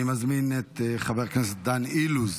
אני מזמין את חבר הכנסת דן אילוז,